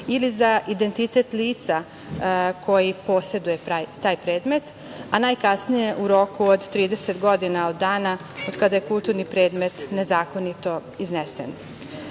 ili za identitet lica koje poseduje taj predmet, a najkasnije u roku od 30 godina od dana kada je kulturni predmet nezakonito iznesen. Predlog